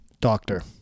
Doctor